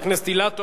חבר הכנסת אילטוב,